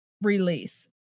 release